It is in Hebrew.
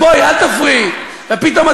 חבר הכנסת חזן, תכף אני